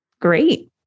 great